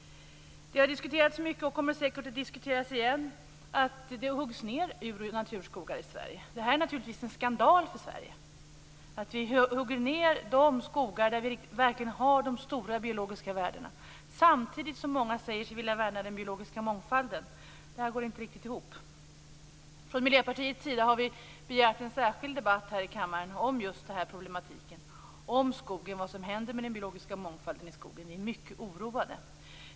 Det har diskuterats mycket, och det kommer säkert att diskuteras igen, att det huggs ned ur och naturskogar i Sverige. Det här är naturligtvis en skandal för Sverige - att vi hugger ned de skogar där vi verkligen har de stora biologiska värdena samtidigt som många säger sig vilja värna den biologiska mångfalden. Det går inte riktigt ihop. Från Miljöpartiets sida har vi begärt en särskild debatt här i kammaren om just den här problematiken, om skogen och om vad som händer med den biologiska mångfalden i skogen. Vi är mycket oroade.